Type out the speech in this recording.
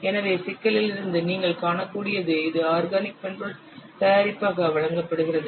எனவே சிக்கலில் இருந்து நீங்கள் காணக்கூடியது இது ஆர்கானிக் மென்பொருள் தயாரிப்பாக வழங்கப்படுகிறது